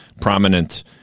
prominent